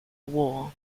war